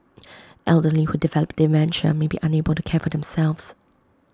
elderly who develop dementia may be unable to care for themselves